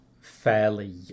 fairly